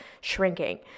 shrinking